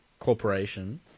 Corporation